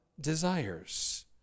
desires